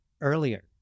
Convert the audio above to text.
earlier